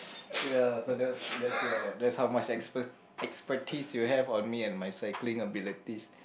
ya so that's that's your that's how much expert expertise you have on me and my cycling abilities